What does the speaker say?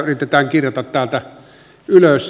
yritetään kirjata täältä ylös